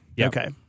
Okay